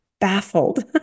baffled